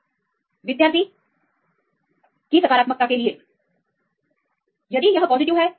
एक प्रतिकारक शब्द कौन सा है